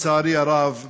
לצערי הרב,